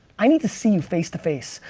i need to see you face-to-face.